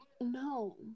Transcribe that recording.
No